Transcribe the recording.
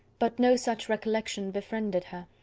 but no such recollection befriended her.